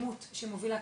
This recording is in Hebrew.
הדמות שמובילה.